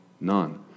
none